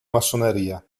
massoneria